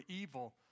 evil